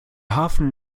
hafen